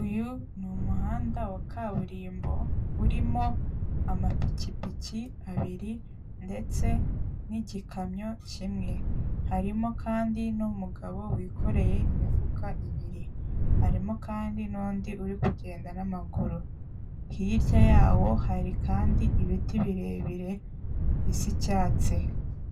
Uyu ni umuhanda wa kaburimbo urimo amapikipiki abiri ndetse n'igikamyo kimwe, harimo kandi n'umugabo wikoreye imifuka ibiri harimo kandi n'undi uri kugenda n'amaguru, hirya yawo hari kandi ibiti birebire bisa icyatsi,